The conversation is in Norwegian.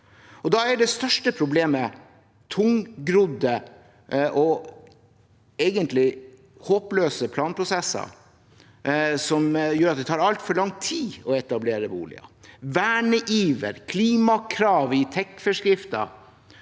Da er det største problemet tungrodde og egentlig håpløse planprosesser som gjør at det tar altfor lang tid å etablere boliger. Verneiver, klimakrav i TEK-forskriftene